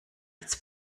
als